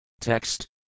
Text